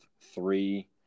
three